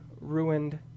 ruined